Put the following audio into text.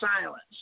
silence